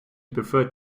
preferred